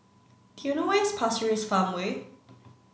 do you know where's Pasir Ris Farmway